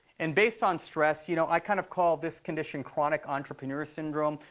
and based on stress, you know i kind of call this condition chronic entrepreneur's syndrome,